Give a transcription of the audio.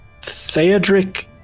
Theodric